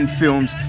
films